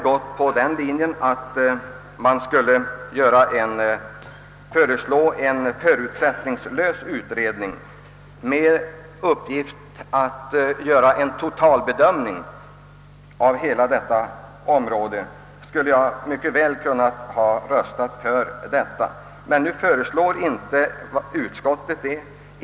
Om utskottet hade föreslagit en förutsättningslös utredning med uppgift att göra en totalbedömning av hela frågan skulle jag mycket väl ha kunnat rösta för utskottets förslag. Utskottet framlägger emellertid inte något sådant förslag.